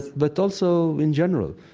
but also in general.